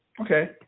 okay